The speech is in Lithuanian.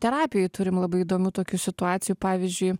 terapijoj turim labai įdomių tokių situacijų pavyzdžiui